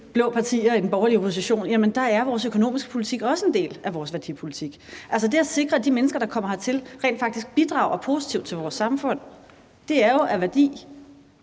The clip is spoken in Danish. blå partier i den borgerlige opposition – er vores økonomiske politik også en del af vores værdipolitik. Altså, det at sikre, at de mennesker, der kommer hertil, rent faktisk bidrager positivt til vores samfund, er jo af værdi,